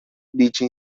dicha